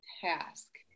task